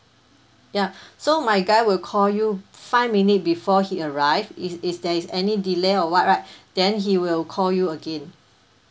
ya so my guy will call you five minute before he arrive if if there is any delay or what right then he will call you again